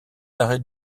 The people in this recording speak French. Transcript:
arrêts